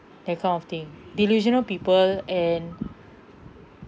that kind of thing delusional people and